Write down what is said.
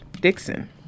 Dixon